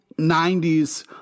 90s